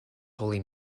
holy